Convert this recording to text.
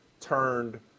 turned